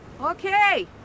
Okay